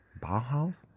Bauhaus